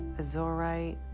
azorite